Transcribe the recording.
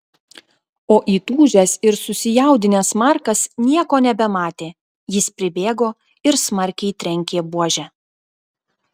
o įtūžęs ir susijaudinęs markas nieko nebematė jis pribėgo ir smarkiai trenkė buože